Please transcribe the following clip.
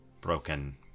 broken